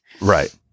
Right